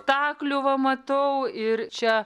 staklių va matau ir čia